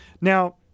Now